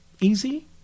easy